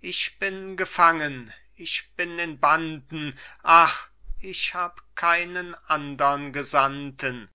ich bin gefangen ich bin in banden ach ich hab keinen andern gesandten